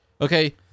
Okay